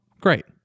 great